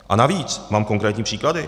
A navíc, mám konkrétní příklad.